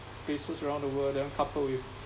places around the world then coupled with